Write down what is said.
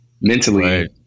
mentally